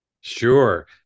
Sure